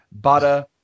butter